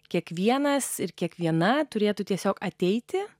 kiekvienas ir kiekviena turėtų tiesiog ateiti